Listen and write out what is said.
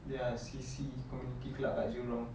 their C_C community club dekat jurong